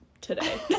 today